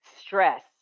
stress